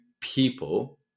people